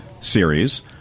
series